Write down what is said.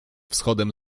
wschodem